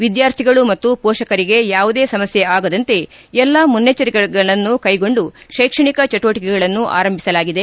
ವಿದ್ಯಾರ್ಥಿಗಳು ಮತ್ತು ಪೋಷಕರಿಗೆ ಯಾವುದೇ ಸಮಸ್ಥೆ ಆಗದಂತೆ ಎಲ್ಲ ಮುನ್ನೆಚ್ಚರಿಕೆಗಳನ್ನು ಕೈಗೊಂಡು ಕೈಕ್ಷಣಿಕ ಚಟುವಟಿಕೆಗಳನ್ನು ಆರಂಭಿಸಲಾಗಿದೆ